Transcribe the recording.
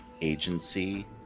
agency